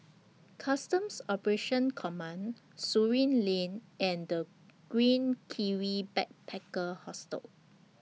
Customs Operations Command Surin Lane and The Green Kiwi Backpacker Hostel